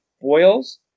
Boils